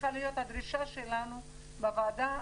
צריכה להיות הדרישה שלנו בוועדה,